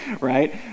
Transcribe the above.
right